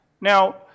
Now